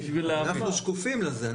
אנחנו שקופים לזה.